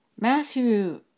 Matthew